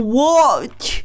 watch